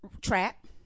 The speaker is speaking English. Trap